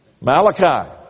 Malachi